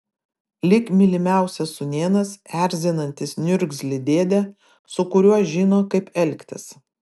lyg mylimiausias sūnėnas erzinantis niurzglį dėdę su kuriuo žino kaip elgtis